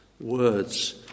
Words